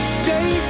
stay